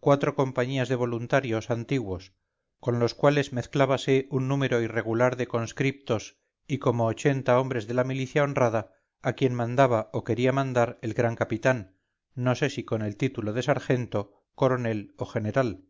cuatro compañías de voluntarios antiguos con los cuales mezclábase un número irregular de conscriptos y como ochenta hombres de la milicia honrada a quien mandaba o quería mandar el gran capitán no sé si con el título de sargento coronel o general